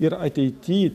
ir ateity